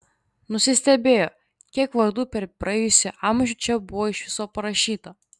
nusistebėjo kiek vardų per praėjusį amžių čia buvo iš viso parašyta